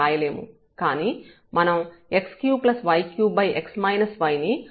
కానీ మనం x3y3x y ని హోమోజీనియస్ ఫంక్షన్ గా గమనించాము